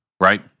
Right